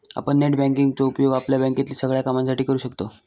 आपण net banking चो उपयोग आपल्या बँकेतील सगळ्या कामांसाठी करू शकतव